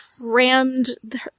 crammed